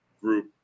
group